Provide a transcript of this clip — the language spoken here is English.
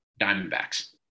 Diamondbacks